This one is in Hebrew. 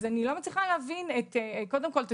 אז אני לא מצליחה להבין קודם כול את